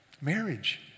Marriage